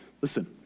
Listen